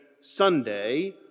Sunday